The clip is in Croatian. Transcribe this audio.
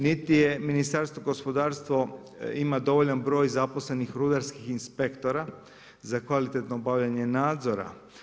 Niti je Ministarstvo gospodarstva, ima dovoljan broj zaposlenih rudarskih inspektora za kvalitetno obavljanje nadzora.